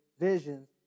visions